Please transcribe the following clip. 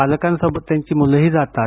पालकांसोबत त्यांची मुलंही जातात